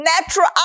natural